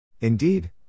Indeed